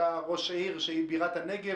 אתה ראש העיר שהיא בירת הנגב,